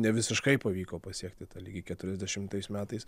ne visiškai pavyko pasiekti tą lygį keturiasdešimtais metais